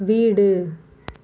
வீடு